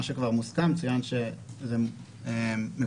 מה שכבר מוסכם, צוין שזה מקובל.